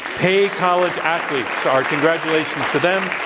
pay college athletes. our congratulations to them.